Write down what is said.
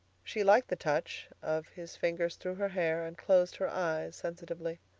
she liked the touch of his fingers through her hair, and closed her eyes sensitively.